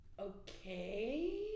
Okay